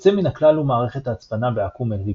יוצא מן הכלל הוא מערכת ההצפנה בעקום אליפטי.